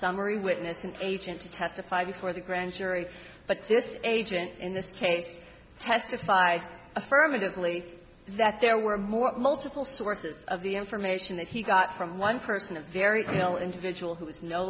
summary witness an agent to testify before the grand jury but this agent in this case testified affirmatively that there were more multiple sources of the information that he got from one person a very you know individual who